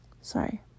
sorry